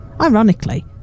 Ironically